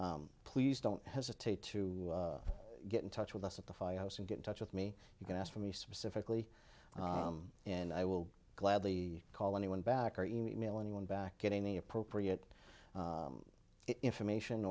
program please don't hesitate to get in touch with us at the firehouse and get in touch with me you can ask for me specifically and i will gladly call anyone back or e mail anyone back at any appropriate information